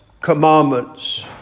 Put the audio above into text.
commandments